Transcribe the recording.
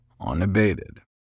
unabated